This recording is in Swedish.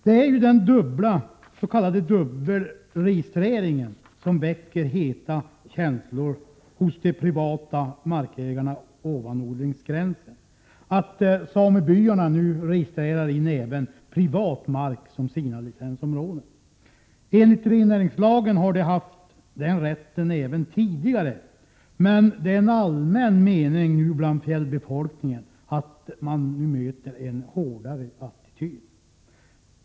Det är den s.k. dubbelregistreringen som väcker heta känslor hos de privata markägarna ovan odlingsgränsen, där samebyarna nu registrerar även privat mark som sina licensområden. Enligt rennäringslagen har de haft den rätten även tidigare, men det är en allmän mening bland fjällbefolkningen att attityden nu är hårdare.